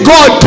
God